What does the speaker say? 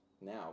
now